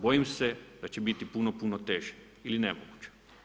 Bojim se da će biti puno, puno teže ili nemoguće.